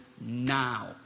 now